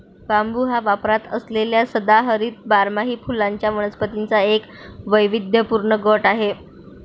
बांबू हा वापरात असलेल्या सदाहरित बारमाही फुलांच्या वनस्पतींचा एक वैविध्यपूर्ण गट आहे